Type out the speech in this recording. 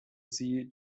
sie